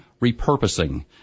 repurposing